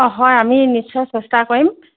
অঁ হয় আমি নিশ্চয় চেষ্টা কৰিম